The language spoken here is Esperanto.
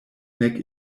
nek